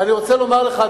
אני רוצה לומר לך,